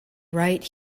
right